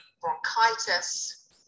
bronchitis